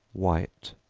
white,